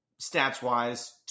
Stats-wise